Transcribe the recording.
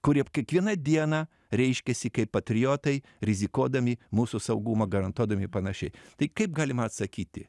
kurie kiekvieną dieną reiškiasi kaip patriotai rizikuodami mūsų saugumą garantuodami panašiai tai kaip galima atsakyti